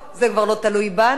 זה כבר לא תלוי בנו.